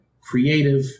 creative